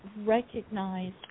recognize